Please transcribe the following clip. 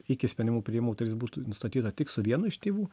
iki sprendimų priėmimo turės būt nustatyta tik su vienu iš tėvų